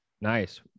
Nice